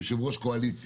יושב ראש קואליציה,